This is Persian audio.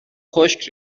خشک